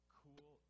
cool